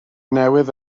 newydd